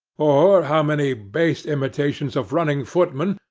or how many base imitations of running-footmen,